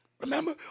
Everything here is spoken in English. remember